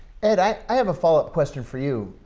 and i i have a follow-up question for you,